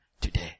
today